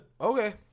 Okay